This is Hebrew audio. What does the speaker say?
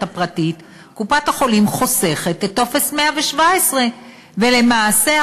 הפרטית קופת-החולים חוסכת את טופס 117. למעשה,